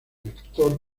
vector